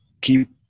keep